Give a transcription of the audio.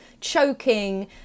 choking